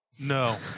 No